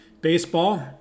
baseball